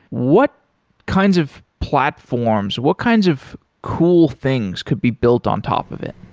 what kinds of platforms, what kinds of cool things could be built on top of it?